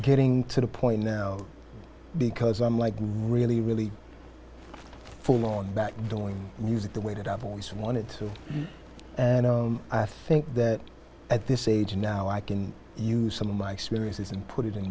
getting to the point because i'm like really really full on that doing music the way that i've always wanted to and i think that at this age now i can use some of my experiences and put it in